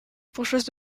bourgeoise